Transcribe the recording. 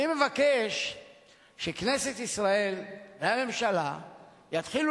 אני מבקש שכנסת ישראל והממשלה יתחילו